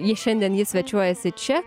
ji šiandien ji svečiuojasi čia